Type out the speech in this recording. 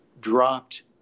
dropped